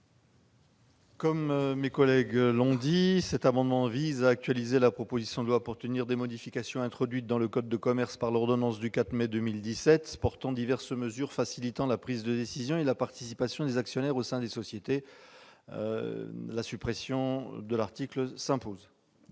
Comme cela vient d'être dit, cet amendement vise à actualiser la proposition de loi pour tenir compte de modifications introduites dans le code de commerce par l'ordonnance du 4 mai 2017 portant diverses mesures facilitant la prise de décision et la participation des actionnaires au sein des sociétés. La suppression de l'article 19 s'impose.